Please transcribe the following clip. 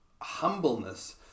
humbleness